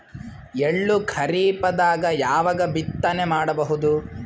ಎಳ್ಳು ಖರೀಪದಾಗ ಯಾವಗ ಬಿತ್ತನೆ ಮಾಡಬಹುದು?